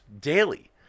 daily